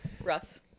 Russ